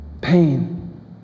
pain